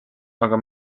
aga